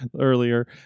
earlier